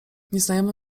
nieznajomy